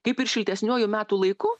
kaip ir šiltesniuoju metų laiku